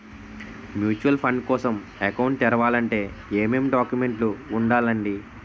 Mutual fund కోసం account తెరవాలంటే ఏమేం డాక్యుమెంట్లు ఉండాలండీ?